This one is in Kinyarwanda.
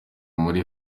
muri